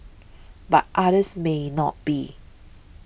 but others may not be